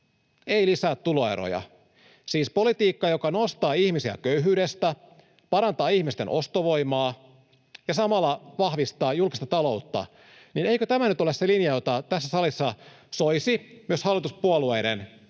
ei lisää tuloeroja. Politiikka, joka nostaa ihmisiä köyhyydestä, parantaa ihmisten ostovoimaa ja samalla vahvistaa julkista taloutta — siis eikö tämä nyt ole se linja, jota tässä salissa soisi myös hallituspuolueiden kannattavan